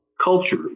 culture